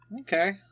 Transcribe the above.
Okay